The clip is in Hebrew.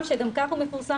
שלא ייקח כל כך הרבה זמן.